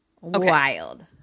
Wild